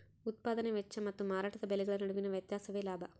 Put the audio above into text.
ಉತ್ಪದಾನೆ ವೆಚ್ಚ ಮತ್ತು ಮಾರಾಟದ ಬೆಲೆಗಳ ನಡುವಿನ ವ್ಯತ್ಯಾಸವೇ ಲಾಭ